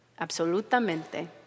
Absolutamente